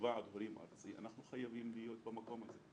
כוועד הורים ארצי חייבים להיות במקום הזה.